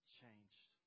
changed